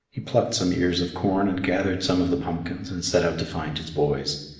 he plucked some ears of corn and gathered some of the pumpkins and set out to find his boys.